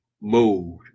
mode